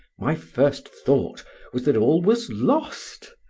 my first thought was that all was lost,